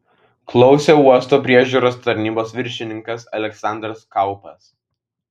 klausė uosto priežiūros tarnybos viršininkas aleksandras kaupas